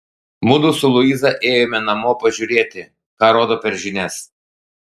mudu su luiza ėjome namo pažiūrėti ką rodo per žinias